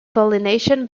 pollination